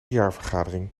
jaarvergadering